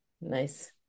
Nice